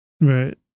Right